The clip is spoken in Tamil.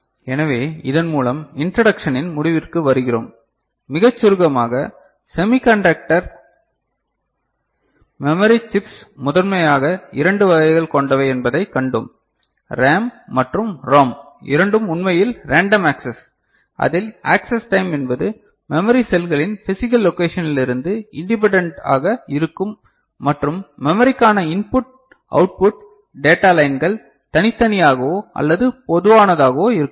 எனவே இதன் மூலம் இன்றடக்ஷனின் முடிவிற்கு வருகிறோம் மிகச் சுருக்கமாகக் செமி கண்டக்டர் மெமரி சிப்ஸ் முதன்மையாக இரண்டு வகைகளைக் கொண்டவை என்பதை கண்டோம் ரேம் மற்றும் ரோம் இரண்டும் உண்மையில் ரேண்டம் ஆக்சஸ் அதில் ஆக்சஸ் டைம் என்பது மெமரி செல்களின் பிசிகல் லொகேஷனில் இருந்து இன்டிபென்டென்ட் ஆக இருக்கும் மற்றும் மெமரிக்கான இன்புட் அவுட் புட் டேட்டா லைன்கள் தனித்தனியாகவோ அல்லது பொதுவானதாகவோ இருக்கலாம்